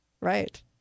Right